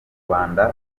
rwanda